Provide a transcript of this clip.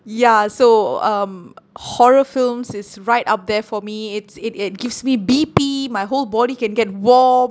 ya so um horror films is right up there for me it's it it gives me B_P my whole body can get warm